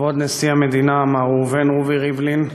כבוד נשיא המדינה מר ראובן רובי ריבלין,